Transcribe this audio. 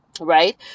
Right